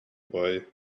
boy